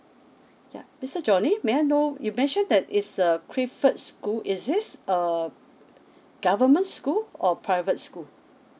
yup mr johnny may I know you mentioned that is uh clifford school is this um government school or private school